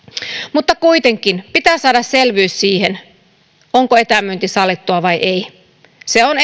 mutta kuitenkin pitää saada selvyys siihen onko etämyynti sallittua vai ei se on